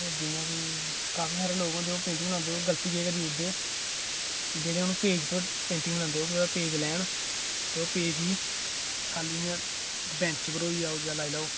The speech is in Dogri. ओह् जि'नें बी काफी हारे लोग पेंटिंग बनांदे ओह् केह् करी ओड़दे जेह्ड़े ओह् पेज उप्पर पेंटिंग करदे ओह् पेज लैन ते पेज गी खाल्ली इ'यां बैंच उप्पर होई गेआ जां लाई लैओ